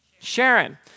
Sharon